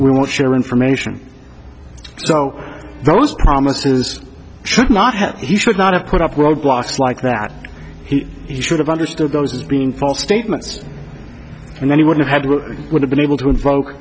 we won't share information so those promises should not have he should not have put up roadblocks like that he should have understood those as being false statements and then he wouldn't have would have been able to invoke